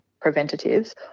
preventatives